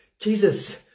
Jesus